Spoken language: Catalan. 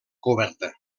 coberta